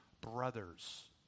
brothers